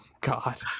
God